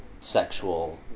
sexual